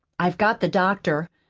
i've got the doctor,